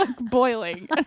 boiling